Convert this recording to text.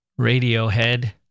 Radiohead